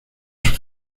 sus